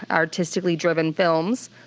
artistically driven films.